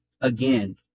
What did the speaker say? again